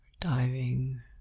diving